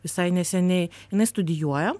visai neseniai jinai studijuoja